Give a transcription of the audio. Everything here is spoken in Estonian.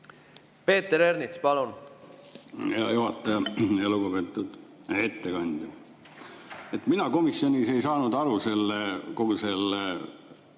Peeter Ernits, palun! Hea juhataja! Lugupeetud ettekandja! Mina komisjonis ei saanud aru kogu selle